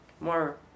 more